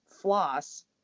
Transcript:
floss